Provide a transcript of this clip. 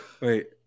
Wait